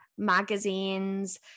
magazines